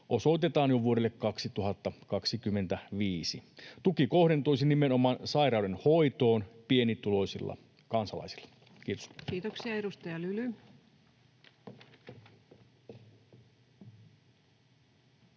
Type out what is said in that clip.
osoitetaan jo vuodelle 2025. Tuki kohdentuisi nimenomaan sairauden hoitoon pienituloisilla kansalaisilla. — Kiitos. Kiitoksia. — Edustaja Lyly.